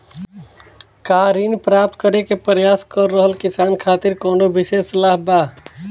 का ऋण प्राप्त करे के प्रयास कर रहल किसान खातिर कउनो विशेष लाभ बा?